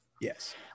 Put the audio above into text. Yes